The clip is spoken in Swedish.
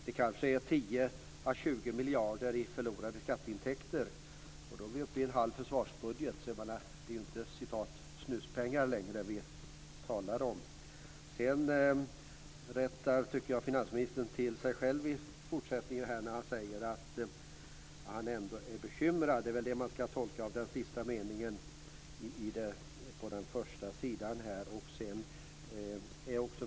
Det är kanske 10 à 20 miljarder i förlorade skatteintäkter. Då är vi uppe i en halv försvarsbudget. Det är inte snuspengar vi talar om längre. Sedan rättar finansministern sig själv när han säger att han ändå är bekymrad. Det är väl så man skall tolka den sista meningen på den första sidan i svaret.